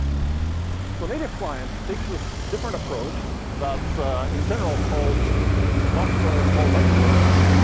so native client takes this different approach that's in general called software fault isolation.